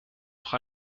noch